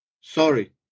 sorry